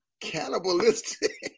cannibalistic